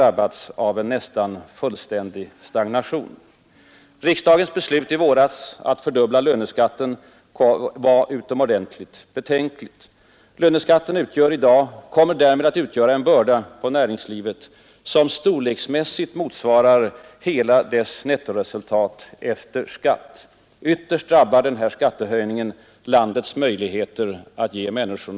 Mot bakgrunden av den här skisserade utvecklingen framstår riksda 15 gens beslut i våras att fördubbla löneskatten som utomordentligt betänkligt. Därmed utgör löneskatten en börda på näringslivet som storleksmässigt motsvarar hela dess nettoresultat efter skatt. Det är ägnat att ytterligare begränsa företagsamhetens redan förut dåliga balans mellan inkomster och utgifter och tillgången på lönsamma investeringsobjekt. Ytterst drabbar skattehöjningen vårt lands möjligheter att sysselsätta människor.